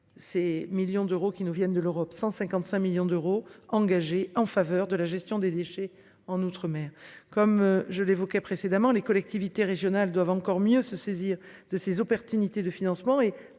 Ces millions d'euros qui nous viennent de l'Europe 155 millions d'euros engagés en faveur de la gestion des déchets en outre-mer comme je l'évoquais précédemment les collectivités régionales doivent encore mieux se saisir de ces aux pertes unités de financement